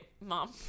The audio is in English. mom